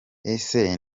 ese